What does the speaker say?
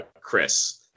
Chris